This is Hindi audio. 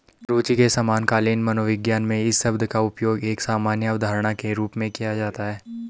रूचि के समकालीन मनोविज्ञान में इस शब्द का उपयोग एक सामान्य अवधारणा के रूप में किया जाता है